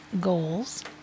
goals